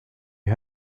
you